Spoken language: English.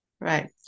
Right